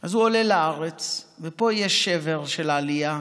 אז הוא עלה לארץ, ופה יש שבר של העלייה,